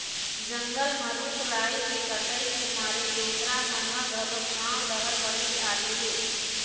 जंगल म रूख राई के कटई के मारे बेंदरा मन ह घलोक गाँव डहर बनेच आगे हे